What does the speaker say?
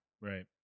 Right